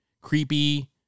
creepy